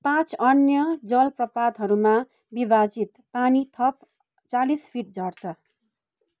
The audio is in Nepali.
पाँच अन्य जल प्रपातहरूमा विभाजित पानी थप चालिस फिट झर्छ